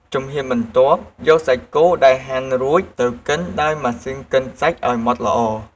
ជំហានបន្ទាប់ យកសាច់គោដែលហាន់រួចទៅកិនដោយម៉ាស៊ីនកិនសាច់ឱ្យម៉ត់ល្អ។